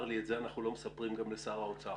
לי: "את זה אנחנו לא מספרים גם לשר האוצר".